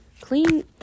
Clean